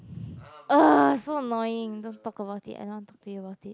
!uh! so annoying don't talk about it I don't want to talk to you about it